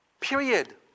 Period